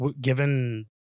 given